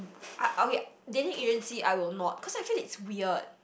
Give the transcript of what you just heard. I okay dating agency I will not cause I feel it's weird